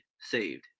saved